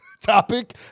topic